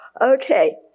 Okay